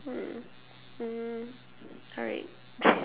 hmm mm alright